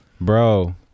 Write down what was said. bro